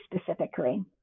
specifically